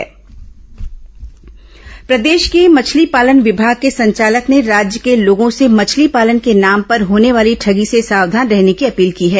मछली पालन ठगी प्रदेश के मछली पालन विभाग के संचालक ने राज्य के लोगों से मछली पालन के नाम पर होने वाली ठगी से सावधान रहने की अपील की है